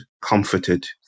comforted